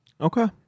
Okay